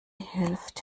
hilft